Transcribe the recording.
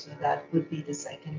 that would be the second